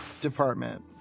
Department